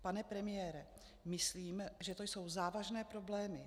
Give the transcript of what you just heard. Pane premiére, myslím, že to jsou závažné problémy.